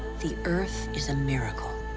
the earth is a miracle.